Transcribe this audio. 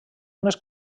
unes